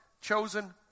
chosen